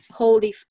holy